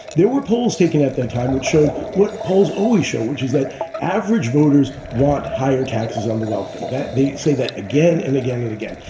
there were polls taken at that time which showed what polls always show, which is that average voters want higher taxes on the wealthy, that the. say that again and again and again.